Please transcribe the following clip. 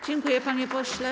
Dziękuję, panie pośle.